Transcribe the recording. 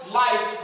life